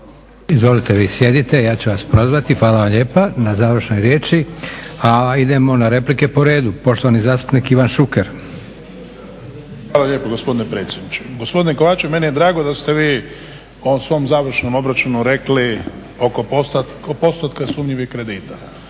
Izvolite vi sjedite, ja ću vas prozvati. Hvala vam lijepa na završnoj riječi. A idemo na replike po redu. Poštovani zastupnik Ivan Šuker. **Šuker, Ivan (HDZ)** Hvala lijepo gospodine predsjedniče. Gospodine Kovačev, meni je drago da ste vi u ovom svom završnom obračunu rekli oko postotka sumnjivih kredita